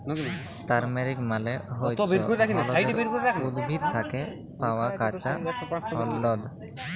turmeric মালে হচ্যে হল্যদের উদ্ভিদ থ্যাকে পাওয়া কাঁচা হল্যদ